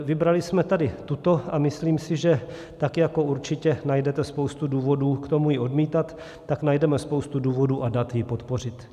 Vybrali jsme tady tuto a myslím si, že tak jako určitě najdete spoustu důvodů k tomu ji odmítat, tak najdeme spoustu důvodů a dat ji podpořit.